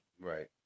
Right